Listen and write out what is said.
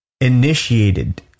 initiated